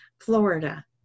Florida